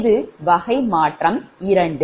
இது வகை 2 மாற்றமாகும்